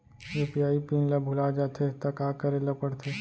UPI PIN ल भुला जाथे त का करे ल पढ़थे?